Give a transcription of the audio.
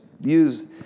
use